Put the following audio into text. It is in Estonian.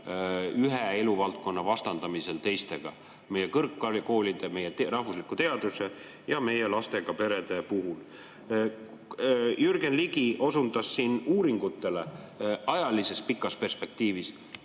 ühte eluvaldkonda teistega meie kõrgkoolide, meie rahvusliku teaduse ja meie lastega perede puhul. Jürgen Ligi osundas siin uuringutele, ajalises pikas perspektiivis.